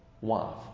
wife